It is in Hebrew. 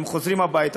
הם חוזרים הביתה,